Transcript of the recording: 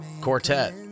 quartet